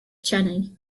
cheney